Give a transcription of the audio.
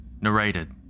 Narrated